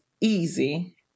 easy